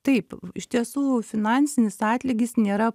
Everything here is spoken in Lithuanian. taip iš tiesų finansinis atlygis nėra